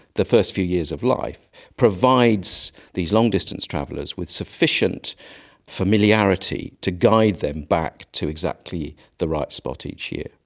the first few years of life provides these long distance travellers with sufficient familiarity to guide them back to exactly the right spot each year.